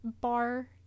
bar